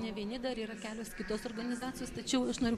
ne vieni dar yra kelios kitos organizacijos tačiau aš noriu